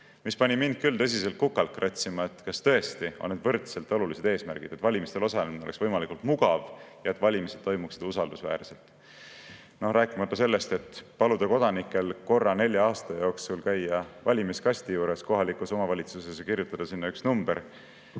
See pani mind küll tõsiselt kukalt kratsima. Kas tõesti on need võrdselt olulised eesmärgid, et valimistel osalemine oleks võimalikult mugav ja et valimised toimuksid usaldusväärselt? Rääkimata sellest, et kui paluda kodanikel korra nelja aasta jooksul käia valimiskasti juures kohalikus omavalitsuses ja kirjutada sinna üks number,